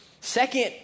Second